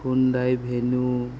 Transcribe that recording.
Hyundai venue